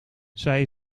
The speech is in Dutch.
zij